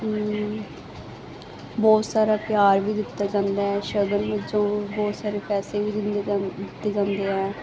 ਬਹੁਤ ਸਾਰਾ ਪਿਆਰ ਵੀ ਦਿੱਤਾ ਜਾਂਦਾ ਸ਼ਗਨ ਵਜੋਂ ਬਹੁਤ ਸਾਰੇ ਪੈਸੇ ਵੀ ਦਿੰਦੇ ਜਾਂਦੇ ਆ